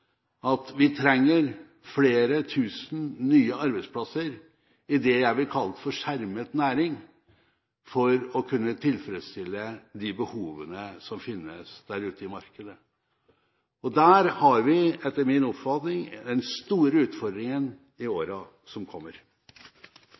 at vi trenger flere tusen nye arbeidsplasser i det som kalles for «skjermet virksomhet» for å kunne tilfredsstille de behovene som finnes der ute i markedet. Der har vi, etter min oppfatning, den store utfordringen i